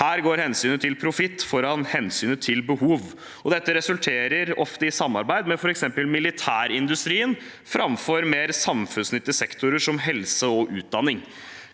Her går hensynet til profitt foran hensynet til behov. Det resulterer ofte i samarbeid med f.eks. militærindustrien framfor mer samfunnsnyttige sektorer, som helse og utdanning.